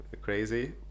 crazy